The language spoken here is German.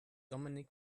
dominik